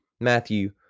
Matthew